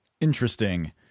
interesting